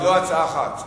זה לא הצעה אחת.